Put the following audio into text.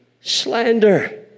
slander